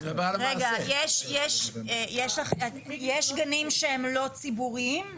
רגע, יש גנים שהם לא ציבוריים בגילאים האלה?